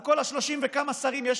על כל ה-30 וכמה שרים שיש,